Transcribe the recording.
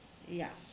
ya